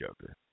Joker